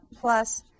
plus